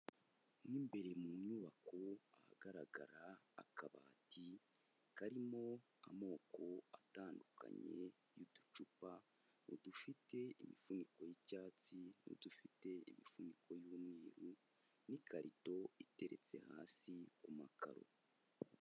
Mu imbere mu nyubako hagaragara akabati karimo amoko atandukanye y'uducupa udufite imifuniko y'icyatsi n'udufite imifuniko y'umweru n'ikarito iteretse hasi ku makaro.